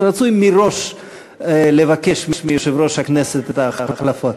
שרצוי מראש לבקש מיושב-ראש הכנסת את ההחלפות.